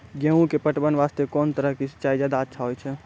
गेहूँ के पटवन वास्ते कोंन तरह के सिंचाई ज्यादा अच्छा होय छै?